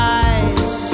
eyes